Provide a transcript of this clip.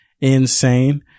insane